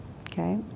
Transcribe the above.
okay